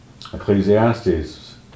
Ecclesiastes